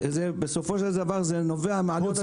זה בסופו של דבר נובע מעלויות